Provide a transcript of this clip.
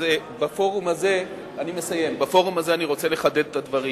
בפורום הזה אני רוצה לחדד את הדברים.